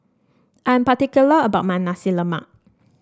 I'm particular about my Nasi Lemak